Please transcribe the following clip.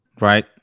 Right